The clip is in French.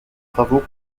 travaux